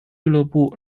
俱乐部